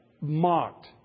mocked